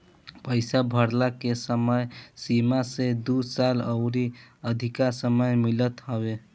पईसा भरला के समय सीमा से दू साल अउरी अधिका समय मिलत हवे